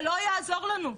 זה לא יעזור לנו.